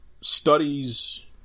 studies